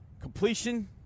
completion